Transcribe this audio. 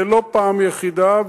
זה לא פעם יחידה,